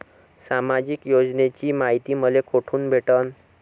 सामाजिक योजनेची मायती मले कोठून भेटनं?